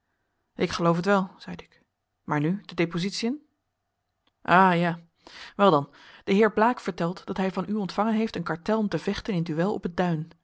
ik geloof het wel zeide ik maar nu de depositiën aha ja wel dan de heer blaek vertelt dat hij van u ontvangen heeft een cartel om te vechten in duel op het duin